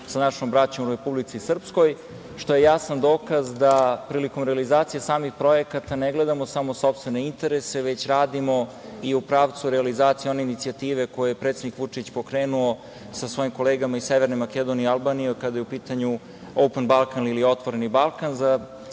sa našom braćom u Republici Srpskoj, što je jasan dokaz da prilikom realizacije samih projekata ne gledamo samo sopstvene interese, već radimo i u pravcu realizacije one inicijative koju je predsednik Vučić pokrenuo sa svojim kolegama iz Severne Makedonije i Albanije kada je u pitanju „Open Balkan“ ili „Otvoreni Balkan“,